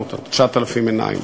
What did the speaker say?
900 או 9,000 עיניים.